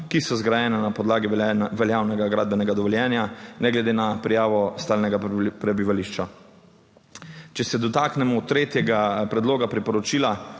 ki so zgrajene na podlagi veljavnega gradbenega dovoljenja, ne glede na prijavo stalnega prebivališča. Če se dotaknemo tretjega predloga priporočila,